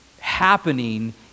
happening